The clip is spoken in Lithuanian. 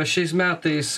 šiais metais